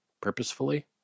purposefully